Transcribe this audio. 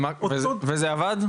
וזה עבד?